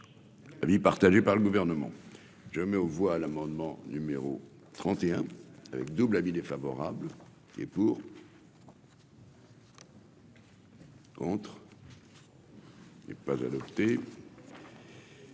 Avis partagé par le gouvernement, je mets aux voix l'amendement numéro 31 avec double avis défavorable et pour. Contre. La population.